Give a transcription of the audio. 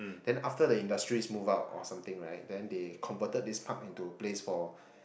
then after the industries move out or something right then they converted this park into a place for